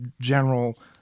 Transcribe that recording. general